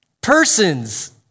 persons